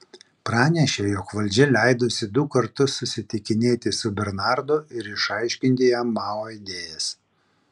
pranešė jog valdžia leidusi du kartus susitikinėti su bernardu ir išaiškinti jam mao idėjas